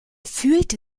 fühlt